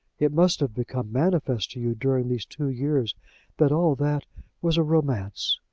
it must have become manifest to you during these two years that all that was a romance.